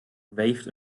waved